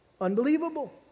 unbelievable